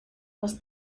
was